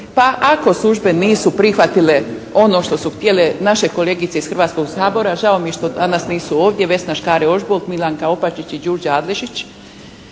pa ako službe nisu prihvatile ono što su htjele, naše kolegice iz Hrvatskog sabora, žao mi je što danas nisu ovdje, Vesna Škare-Ožbolt, Milanka Opačić i Đurđa Adlešić,